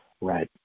Right